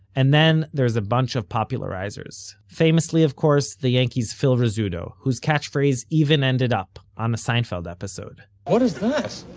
and, then there's a bunch of popularizers. famously, of course, the yankees' phil rizzuto, whose catchphrase even ended up on a seinfeld episode what is that? ah!